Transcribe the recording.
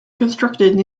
constructed